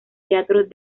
teatros